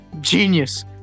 Genius